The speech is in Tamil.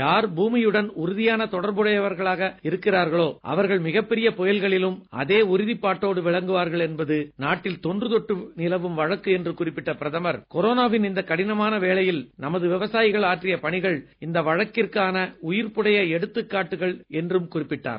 யார் பூமியுடன் உறுதியான தொடர்புடையவர்களாக இருக்கிறார்களோ அவர்கள் மிகப்பெரிய புயல்களிலும் அதே உறுதிப்பாட்டோடு விளங்குவார்கள் என்பது நாட்டில் தொன்று தொட்டு நிலவும் வழக்கு என்று குறிப்பிட்ட பிரதமர் கொரோனாவின் இந்தக் கடினமான வேளையில் நமது விவசாயத் துறையில் நமது விவசாயிகள் ஆற்றிய பணிகள் இந்த வழக்கிற்கான உயிர்ப்புடைய எடுத்துக்காட்டுகள் என்றும் குறிப்பிட்டார்